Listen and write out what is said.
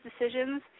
decisions